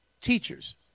teachers